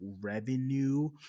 revenue